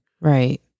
Right